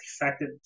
effective